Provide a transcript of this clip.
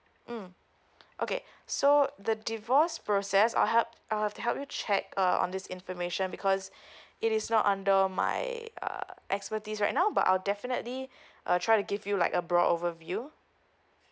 mm okay so the divorce process I'll helped I will help you to check uh on this information because it is not under my err expertise right now but I'll definitely uh try to give you like a broad overview